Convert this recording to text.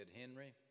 Henry